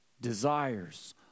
desires